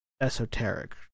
esoteric